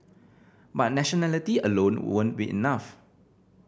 but nationality alone won't be enough